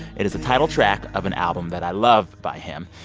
it is the title track of an album that i love by him.